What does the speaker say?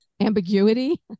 ambiguity